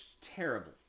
terrible